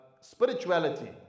spirituality